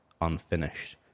unfinished